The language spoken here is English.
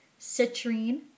citrine